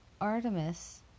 Artemis